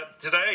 today